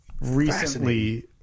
recently